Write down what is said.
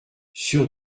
sur